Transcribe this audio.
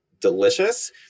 delicious